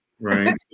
Right